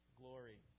glory